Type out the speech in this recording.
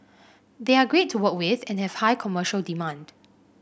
they are great to work with and have high commercial demand